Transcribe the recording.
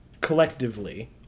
collectively